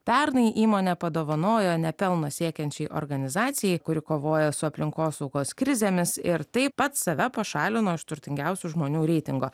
pernai įmonė padovanojo nepelno siekiančiai organizacijai kuri kovoja su aplinkosaugos krizėmis ir taip pat save pašalino iš turtingiausių žmonių reitingo